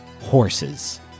horses